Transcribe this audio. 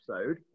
episode